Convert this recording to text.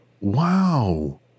wow